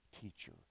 teacher